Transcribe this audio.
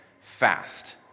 fast